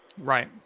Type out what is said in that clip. Right